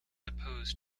opposed